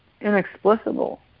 inexplicable